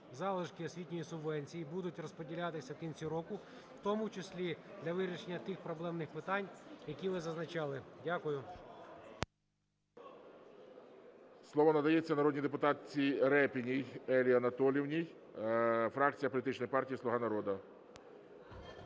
залишки освітньої субвенції будуть розподілятися в кінці року, в тому числі для вирішення тих проблемних питань, які ви зазначали. Дякую. ГОЛОВУЮЧИЙ. Слово надається народній депутатці Рєпіній Еллі Анатоліївні, фракція політичної партії "Слуга народу".